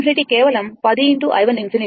V1∞కేవలం 10 x i1∞ 28